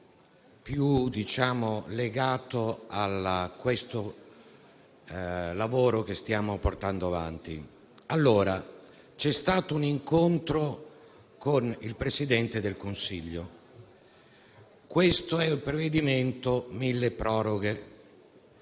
legato al lavoro che stiamo portando avanti. C'è stato un incontro con il Presidente del Consiglio e questo è un provvedimento milleproroghe: